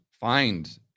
find